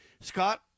Scott